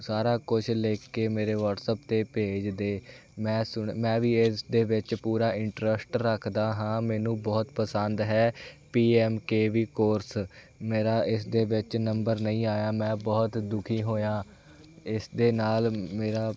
ਸਾਰਾ ਕੁਝ ਲਿਖ ਕੇ ਮੇਰੇ ਵਟਸਐਪ 'ਤੇ ਭੇਜ ਦੇ ਮੈਂ ਸੁਣ ਮੈਂ ਵੀ ਇਸ ਦੇ ਵਿੱਚ ਪੂਰਾ ਇੰਟਰਸਟ ਰੱਖਦਾ ਹਾਂ ਮੈਨੂੰ ਬਹੁਤ ਪਸੰਦ ਹੈ P M K V course ਮੇਰਾ ਇਸ ਦੇ ਵਿੱਚ ਨੰਬਰ ਨਹੀਂ ਆਇਆ ਮੈਂ ਬਹੁਤ ਦੁਖੀ ਹੋਇਆ ਇਸ ਦੇ ਨਾਲ ਮੇਰਾ